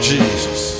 Jesus